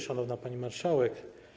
Szanowna Pani Marszałek!